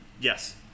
Yes